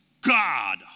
God